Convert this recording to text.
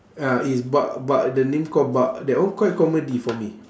ah it's bak bak the name called bak that one quite comedy for me